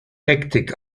hektik